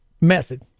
method